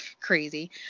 crazy